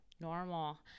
normal